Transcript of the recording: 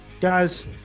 Guys